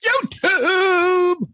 YouTube